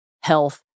health